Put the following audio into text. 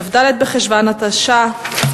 כ"ד בחשוון התשע"א,